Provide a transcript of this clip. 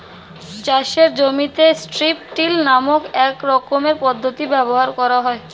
চাষের জমিতে strip till নামক এক রকমের পদ্ধতি ব্যবহার করা হয়